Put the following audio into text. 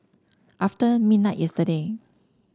after midnight yesterday